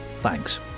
Thanks